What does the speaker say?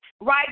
right